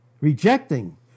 rejecting